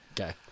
Okay